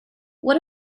what